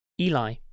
Eli